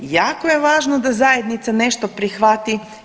Jako je važno da zajednica nešto prihvati.